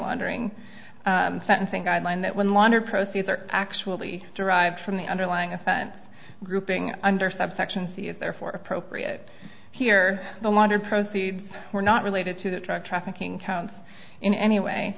laundering sentencing guidelines that when laundered proceeds are actually derived from the underlying offense grouping under subsection c is therefore appropriate here the water proceeds were not related to the drug trafficking counts in any way